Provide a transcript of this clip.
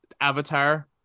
Avatar